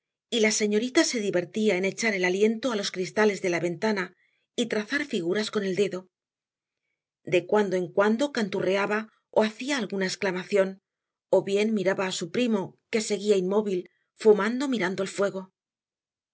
y la señorita se divertía en echar el aliento a los cristales de la ventana y trazar figuras con el dedo de cuando en cuando canturreaba o hacía alguna exclamación o bien miraba a su primo que seguía inmóvil fumando mirando al fuego